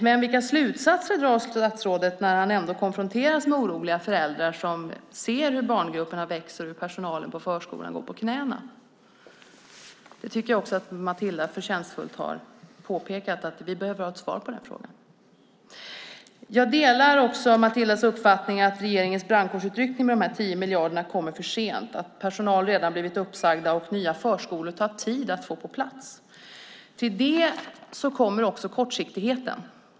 Men vilka slutsatser drar statsrådet när han ändå konfronteras med oroliga föräldrar som ser hur barngrupperna växer och personalen på förskolan går på knäna? Jag tycker att Matilda förtjänstfullt har påpekat att vi behöver ha ett svar på den frågan. Jag delar Matildas uppfattning att regeringens brandkårsutryckning med 10 miljarder kommer för sent. Personal har redan blivit uppsagd, och nya förskolor tar tid att få på plats. Till det kommer kortsiktigheten.